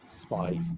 spy